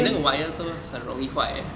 eh 那个 wire 都很容易坏 eh